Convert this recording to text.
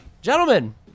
gentlemen